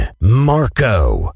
Marco